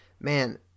man